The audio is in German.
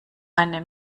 eine